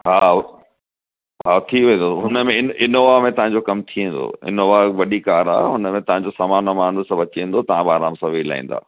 हा उहो हा थी वेंदो हुन में हिन इनोवा में तव्हांजो कमु थी वेंदो इनोवा वॾी कार आहे हुन में तव्हांजो सामानु वामानु सभु अची वेंदो तव्हां बि आरामु सां वेई लाहींदा